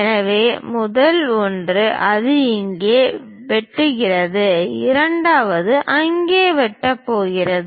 எனவே முதல் ஒன்று அது அங்கே வெட்டுகிறது இரண்டாவதாக அங்கே வெட்டப் போகிறது